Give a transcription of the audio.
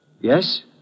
Yes